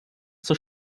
zur